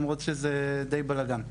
למרות שזה די בלגן,